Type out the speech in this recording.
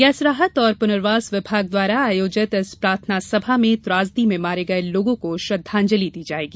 gas राहत एवं पुर्नवास विभाग द्वारा आयोजित इस प्रार्थना सभा में त्रासदी में मारे गये लोगों को श्रद्धांजली दी जायेगी